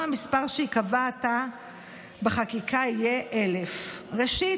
המספר שייקבע עתה בחקיקה יהיה 1,000. ראשית,